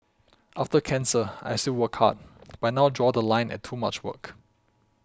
after cancer I still work hard but now draw The Line at too much work